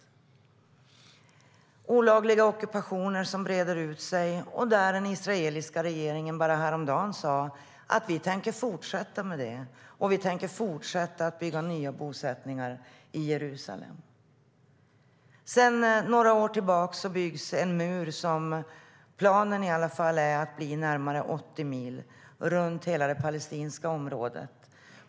Sedan några år tillbaka byggs en mur runt hela det palestinska området som enligt planen ska bli närmare 80 mil.